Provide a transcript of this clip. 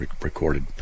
recorded